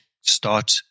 start